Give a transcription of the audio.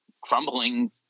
crumbling